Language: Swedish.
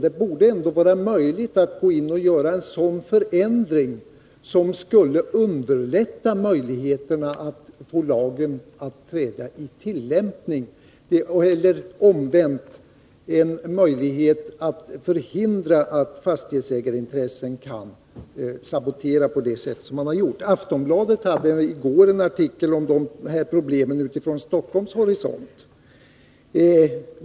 Det borde ändå vara möjligt att gå in och göra sådana förändringar som skulle öka möjligheterna att få lagen att träda i tillämpning, eller omvänt ge en möjlighet att förhindra att fastighetsägarintressen kan sabotera tillämpningen på det sätt som skett. Aftonbladet hade i går en artikel om detta problem utifrån Stockholms horisont.